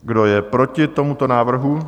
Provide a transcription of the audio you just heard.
Kdo je proti tomuto návrhu?